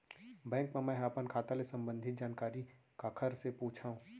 Bank मा मैं ह अपन खाता ले संबंधित जानकारी काखर से पूछव?